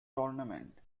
tournament